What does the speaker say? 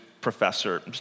professor